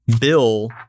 bill